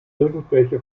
irgendwelche